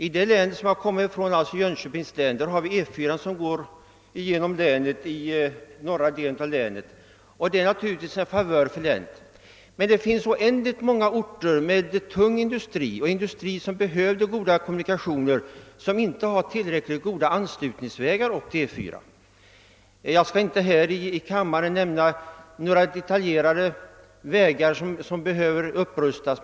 I det län som jag kommer ifrån, alltså Jönköpings län, har vi E 4 som går igenom norra delen av länet, vilket naturligtvis är en fördel för länet. Men det finns oändligt många orter i länet med industri som behöver goda kommunikationer, som inte har tillräckligt goda anslutningsvägar till E 4. Jag skall inte här i kammaren lämna några detaljuppgifter om vägar som behöver upprustas.